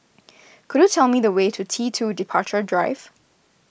could you tell me the way to T two Departure Drive